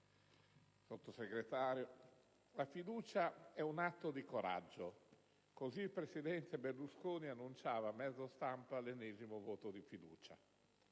Sottosegretario, «la fiducia è un atto di coraggio»: così il presidente Berlusconi annunciava a mezzo stampa l'ennesimo voto di fiducia.